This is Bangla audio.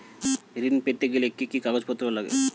ঋণ পেতে গেলে কি কি কাগজপত্র লাগে?